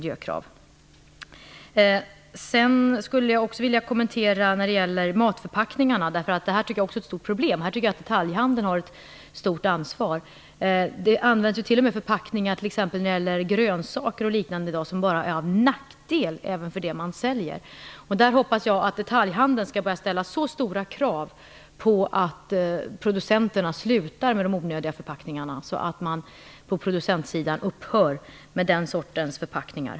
Jag vill också göra några kommentarer om matförpackningarna, eftersom jag tycker att det är ett stort problem. Jag tycker att detaljhandeln har ett stort ansvar. Det används t.o.m. förpackningar, t.ex. för grönsaker och liknande som bara är till nackdel för det man säljer. Jag hoppas att detaljhandeln skall börja ställa så stora krav på att producenterna slutar med den sortens onödiga förpackningarna så att de upphör med dem.